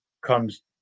comes